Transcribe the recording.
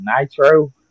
Nitro